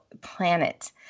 planet